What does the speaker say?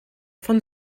von